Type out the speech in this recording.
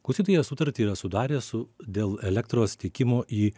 klausytojas sutartį yra sudaręs su dėl elektros tiekimo į